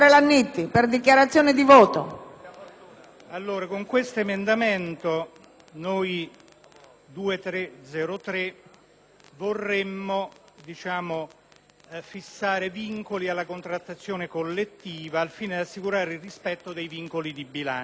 con l'emendamento 2.303 vorremmo fissare vincoli alla contrattazione collettiva al fine di assicurare il rispetto dei vincoli di bilancio. Signora